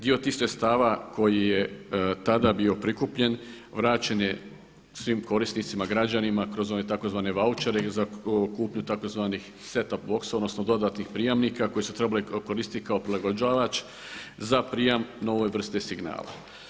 Dio tih sredstava koji je tada bio prikupljen vraćen je svim korisnicima, građanima kroz one tzv. vaučere i za kupnju tzv. SET TOP BOX odnosno dodatnih prijamnika koji su trebali koristiti kao prilagođavač za prijem novoj vrsti signala.